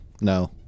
no